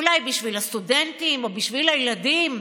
אולי בשביל הסטודנטים או בשביל הילדים.